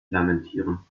lamentieren